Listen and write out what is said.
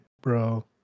bro